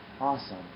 Awesome